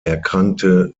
erkrankte